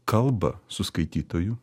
kalba su skaitytoju